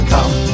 Come